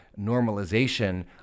normalization